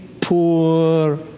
poor